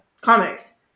comics